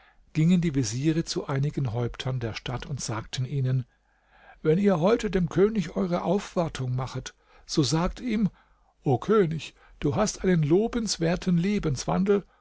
gingen die veziere zu einigen häuptern der stadt und sagten ihnen wenn ihr heute dem könig eure aufwartung machet so sagt ihm o könig du hast einen lobenswerten lebenswandel